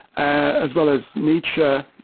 ah as well as nietzsche,